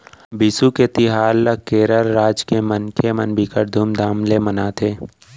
बिसु के तिहार ल केरल राज के मनखे मन बिकट धुमधाम ले मनाथे